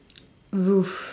roof